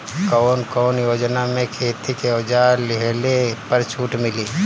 कवन कवन योजना मै खेती के औजार लिहले पर छुट मिली?